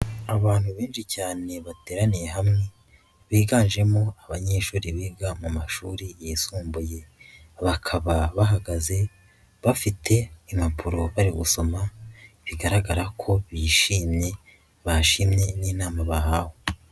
Abantu benshi cyane bateraniye hamwe, biganjemo abanyeshuri biga mu mashuri yisumbuye, bakaba bahagaze bafite impapuro bari gusoma bigaragara ko bishimye bashimye n'inama bahawe.